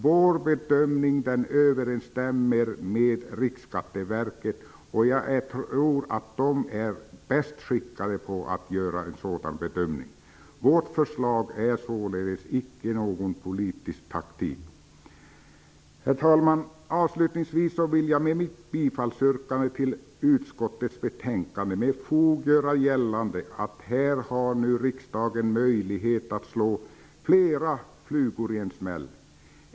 Vår bedömning överensstämmer med Riksskatteverkets, och detta verk torde vara bäst skickat att göra en sådan bedömning. Vårt förslag innebär alltså inte någon politisk taktik. Herr talman! Avslutningsvis vill jag med mitt yrkande om bifall till utskottets hemställan med fog göra gällande att riksdagen här har möjlighet att slå flera flugor i en smäll.